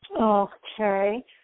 Okay